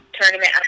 tournament